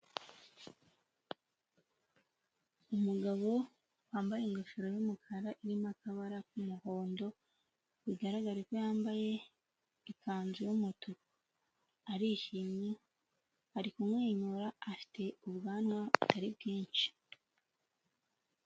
Umugabo wambaye ingofero y'umukara irimo akabara k'umuhondo bigaragare ko yambaye ikanzu y'umutuku, arishimye, ari kumwenyura, afite ubwanwa butari bwinshi.